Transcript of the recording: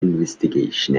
investigation